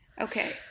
Okay